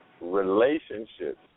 relationships